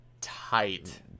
tight